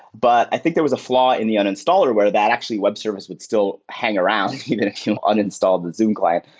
but i think there was a flaw in the uninstaller where actually web service would still hang around even if you uninstall the zoom client.